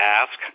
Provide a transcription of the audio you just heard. ask